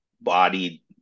bodied